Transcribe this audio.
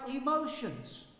emotions